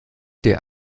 der